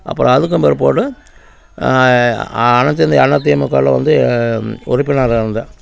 அப்புறம் அதுக்கும் பிற்பாடு அனைத்திந்திய அண்ணா திமுகவில் வந்து உறுப்பினராக இருந்தேன்